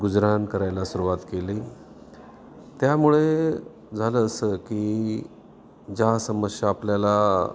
गुजराण करायला सुरुवात केली त्यामुळे झालं असं की ज्या समस्या आपल्याला